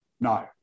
No